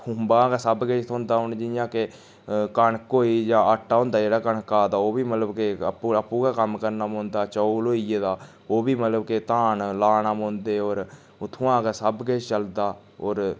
खुम्बां गै सब किश थ्होंदा हून जियां कि कनक होई गेई जां आटा होंदा जेह्ड़ा कनकै दा ओह् बी मतलब के आपूं आपूं गै कम्म करना पौंदा चौल होई गे तां ओह् बी मतलब के धान लानै पौंदे होर उत्थुआं गै सब किश चलदा होर